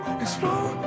explore